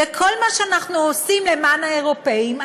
ואת כל מה שאנחנו עושים למען האירופים,